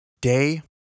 Day